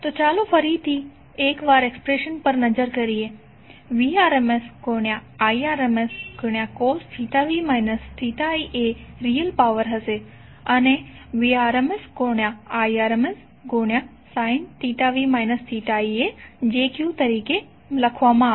તો ચાલો ફરી એકવાર એક્સપ્રેશન પર નજર કરીએ Vrms Irms cosv i એ રીયલ પાવર હશે અને Vrms Irms sinv i એ jQ તરીકે લખવામાં આવશે